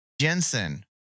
Jensen